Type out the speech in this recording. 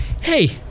hey